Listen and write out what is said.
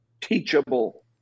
teachable